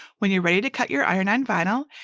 when you're ready to cut your iron-on vinyl,